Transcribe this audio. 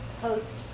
host